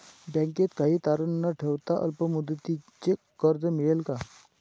बँकेत काही तारण न ठेवता अल्प मुदतीचे कर्ज मिळेल का?